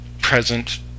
present